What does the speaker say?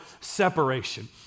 separation